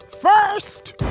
First